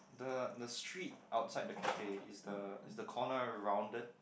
the the street outside the cafe is the is the corner rounded